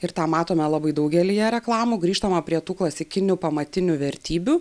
ir tą matome labai daugelyje reklamų grįžtama prie tų klasikinių pamatinių vertybių